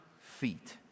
feet